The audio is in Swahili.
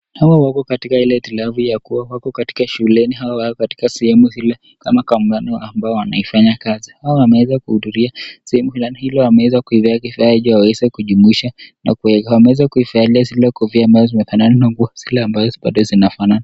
Hawa wako katika ile hitilafu ya kuwa wako katika shuleni au wako katika sehemu ile, kama mkutano ule ambao wanaifanya kazi, hao wameeza kuhudhuria sehemu fulani ili waeze kujumuisha wameeza kuzivalia kofia ambazo zimefanana na zile nguo ambazo bado zinafanana.